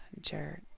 jerk